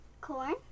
Corn